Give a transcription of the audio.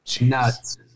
Nuts